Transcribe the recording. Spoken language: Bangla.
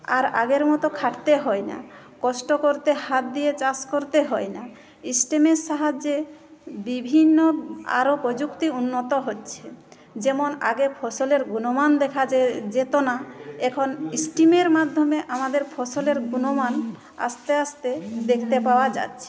আর আগের মতো খাটতে হয় না কষ্ট করতে হাত দিয়ে চাষ করতে হয় না স্টেমের সাহায্যে বিভিন্ন আরও প্রযুক্তি উন্নত হচ্ছে যেমন আগে ফসলের গুণমান দেখা যেত না এখন স্টেমের মাধ্যমে আমাদের ফসলের গুণমান আস্তে আস্তে দেখতে পাওয়া যাচ্ছে